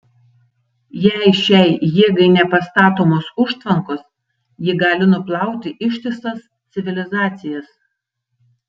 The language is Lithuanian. jei šiai jėgai nepastatomos užtvankos ji gali nuplauti ištisas civilizacijas